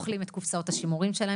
אוכלים את קופסאות השימורים שלהם,